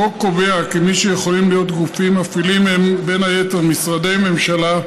החוק קובע כי מי שיכולים להיות גופים מפעילים הם בין היתר משרדי ממשלה,